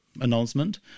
announcement